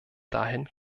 dahin